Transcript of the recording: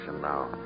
now